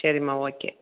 சரிம்மா ஓகே